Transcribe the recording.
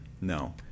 No